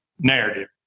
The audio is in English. narrative